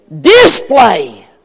display